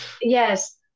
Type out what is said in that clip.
Yes